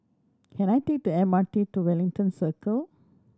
can I take the M R T to Wellington Circle